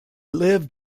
lived